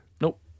Nope